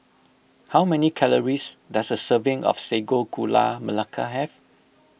how many calories does a serving of Sago Gula Melaka have